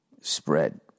spread